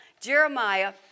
Jeremiah